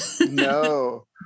No